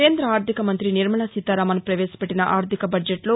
కేంద్ర ఆర్దికమంత్రి నిర్మలా సీతరామన్ పవేశపెట్టిన ఆర్దిక బద్షెట్లో